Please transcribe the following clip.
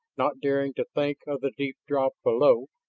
not daring to think of the deep drop below.